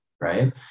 right